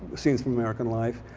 scenes from american life.